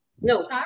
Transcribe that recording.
No